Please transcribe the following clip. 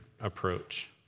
approach